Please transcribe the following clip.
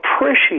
appreciate